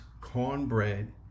cornbread